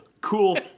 cool